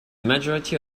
majority